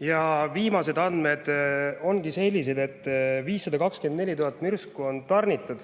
Viimased andmed ongi sellised, et 524 000 mürsku on tarnitud.